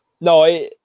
No